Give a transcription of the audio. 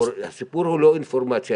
הסיפור הוא לא אינפורמציה,